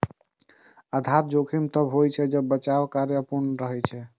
आधार जोखिम तब होइ छै, जब बचाव कार्य अपूर्ण रहै छै